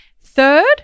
Third